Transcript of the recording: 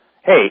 Hey